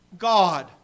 God